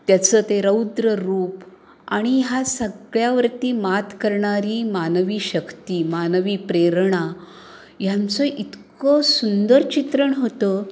त्याचं ते रौद्र रूप आणि हा सगळ्यावरती मात करणारी मानवी शक्ती मानवी प्रेरणा ह्यांचं इतकं सुंदर चित्रण होतं